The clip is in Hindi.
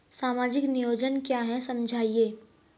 सामाजिक नियोजन क्या है समझाइए?